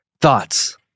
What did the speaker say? Thoughts